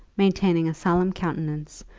maintaining a solemn countenance,